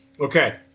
okay